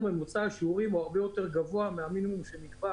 ממוצע השיעורים הוא הרבה יותר גבוה ממה שנקבע